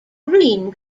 green